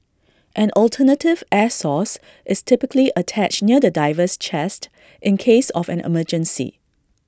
an alternative air source is typically attached near the diver's chest in case of an emergency